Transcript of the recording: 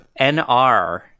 NR